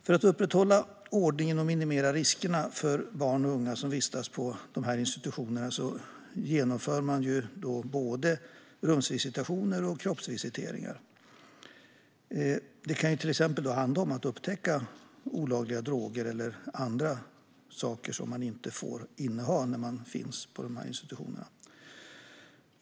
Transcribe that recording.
För att upprätthålla ordningen och minimera riskerna för barn och unga som vistas på Sis institutioner genomför man både rumsvisitationer och kroppsvisitationer. Det kan till exempel handla om att upptäcka olagliga droger eller annat som man inte får inneha när man befinner sig på de här institutionerna.